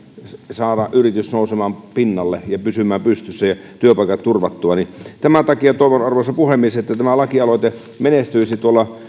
saada yritys nousemaan pinnalle ja pysymään pystyssä ja työpaikat turvattua tämän takia toivon arvoisa puhemies että tämä lakialoite menestyisit